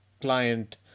client